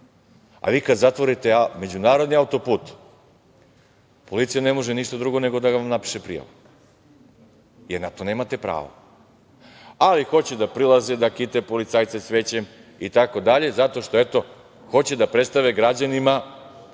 A vi kada zatvorite međunarodni autoput, policija ne može ništa drugo, nego da vam napiše prijavu, jer na to nemate pravo. Ali hoće da prilaze, da kite policajce cvećem itd. zato što eto, hoće da predstave građanima